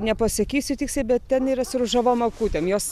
nepasakysiu tiksliai bet ten yra su ružavom akutėm jos